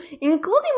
including